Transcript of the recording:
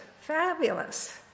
fabulous